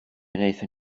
wnaethon